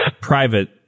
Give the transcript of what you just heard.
private